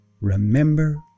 Remember